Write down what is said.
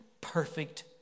perfect